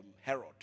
Herod